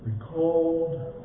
recalled